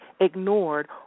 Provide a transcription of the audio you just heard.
ignored